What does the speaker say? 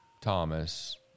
Thomas